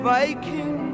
Viking